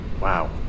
Wow